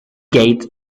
gate